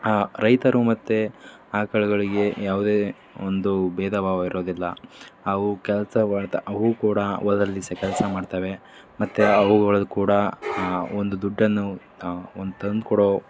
ರೈತರು ಮತ್ತು ಆಕಳುಗಳಿಗೆ ಯಾವುದೇ ಒಂದು ಭೇದ ಭಾವ ಇರೋದಿಲ್ಲ ಅವು ಕೆಲಸವಾದ ಅವೂ ಕೂಡ ಹೊಲ್ದಲ್ಲಿ ಸಹ ಕೆಲಸ ಮಾಡ್ತವೆ ಮತ್ತು ಅವುಗಳಲ್ಲಿ ಕೂಡ ಒಂದು ದುಡ್ಡನ್ನು ಒಂದು ತಂದುಕೊಡೋ